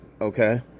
okay